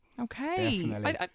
Okay